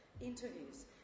Interviews